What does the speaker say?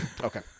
okay